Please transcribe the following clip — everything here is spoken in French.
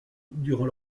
durant